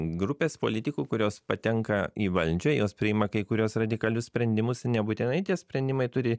grupės politikų kurios patenka į valdžią jos priima kai kuriuos radikalius sprendimus nebūtinai tie sprendimai turi